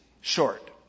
short